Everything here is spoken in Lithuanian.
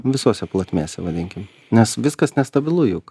visose plotmėse vadinkim nes kas nestabilu juk